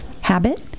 habit